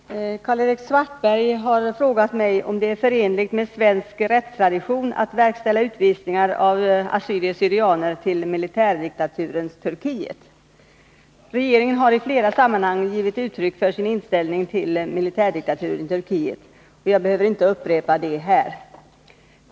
Herr talman! Karl-Erik Svartberg har frågat mig om det är förenligt med svensk rättstradition att verkställa utvisningar av assyrier/syrianer till militärdiktaturens Turkiet. Regeringen har i flera sammanhang givit uttryck för sin inställning till militärdiktaturen i Turkiet. Jag behöver inte upprepa det här.